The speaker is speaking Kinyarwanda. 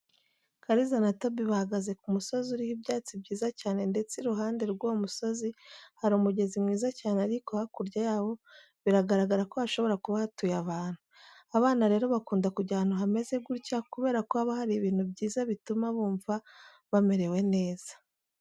Kaliza na Tobi bahagaze ku musozi uriho ibyatsi byiza cyane ndetse iruhande rw'uwo musozi hari umugezi mwiza cyane ariko hakurya yawo biragaragara ko hashobora kuba hatuyeyo abantu. Abana rero bakunda kujya ahantu hameze gutya kubera ko haba hari ibintu byiza bituma bumva bamerewe neza.